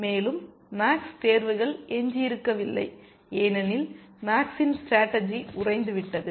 மேலும் மேக்ஸ் தேர்வுகள் எஞ்சியிருக்கவில்லை ஏனெனில் மேக்ஸின் ஸ்டேடர்ஜி உறைந்துவிட்டது